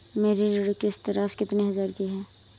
मेरी ऋण किश्त राशि कितनी हजार की है?